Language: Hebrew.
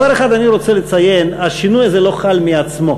דבר אחד אני רוצה לציין, השינוי הזה לא חל מעצמו.